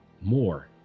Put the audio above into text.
more